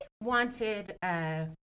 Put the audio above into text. wanted